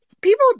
people